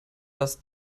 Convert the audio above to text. dass